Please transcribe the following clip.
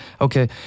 okay